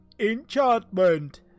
Enchantment